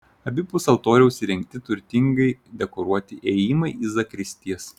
abipus altoriaus įrengti turtingai dekoruoti įėjimai į zakristijas